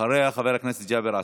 אחריה, חבר הכנסת ג'אבר עסאקלה.